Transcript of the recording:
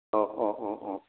अ अ अ